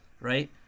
right